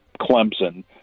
Clemson